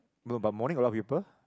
no but morning a lot of people